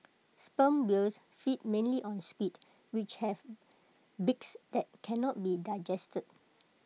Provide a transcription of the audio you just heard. sperm whales feed mainly on squid which have beaks that cannot be digested